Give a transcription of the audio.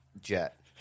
jet